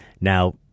Now